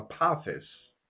Apophis